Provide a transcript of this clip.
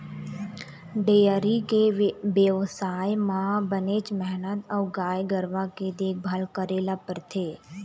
dairy के बेवसाय म बनेच मेहनत अउ गाय गरूवा के देखभाल करे ल परथे